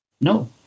No